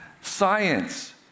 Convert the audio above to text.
Science